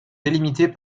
délimitées